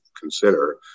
consider